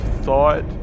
thought